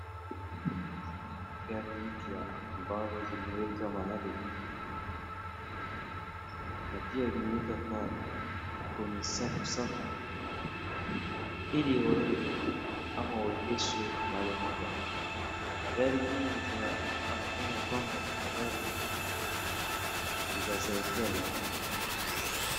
magari mpya ambazo zimewekwa mahali, na pia zimewekwa kwenye safu safu, iliwaende ama waendeshewe mahali moja na magari hii zinaonekana kwamba ni magari za serikali.